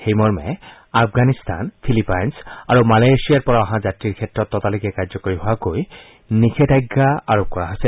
সেই মৰ্মে আফগানিস্তান ফিলিপাইনছ আৰু মালেয়েছিয়াৰ পৰা অহা যাত্ৰীৰ ক্ষেত্ৰত ততালিকে কাৰ্যকৰী হোৱাকৈ নিষেধাজ্ঞা আৰোপ কৰা হৈছে